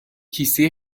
کیسه